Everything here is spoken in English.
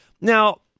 Now